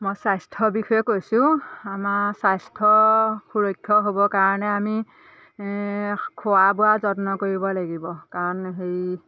মই স্বাস্থ্যৰ বিষয়ে কৈছোঁ আমাৰ স্বাস্থ্য সুৰক্ষা হ'বৰ কাৰণে আমি খোৱা বোৱা যত্ন কৰিব লাগিব কাৰণ হেৰি